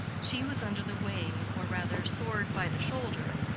she was under the wing, or rather soared by the shoulder,